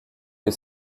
que